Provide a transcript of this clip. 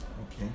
okay